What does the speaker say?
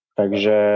takže